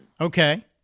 Okay